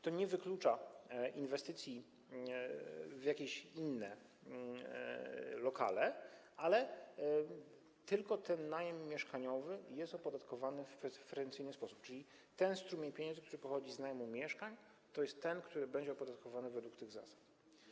To nie wyklucza inwestycji w jakieś inne lokale, ale tylko ten najem mieszkaniowy jest opodatkowany w sposób preferencyjny, czyli ten strumień pieniędzy, który pochodzi z najmu mieszkań, to jest ten, który będzie opodatkowany według tych zasad.